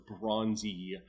bronzy